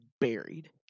buried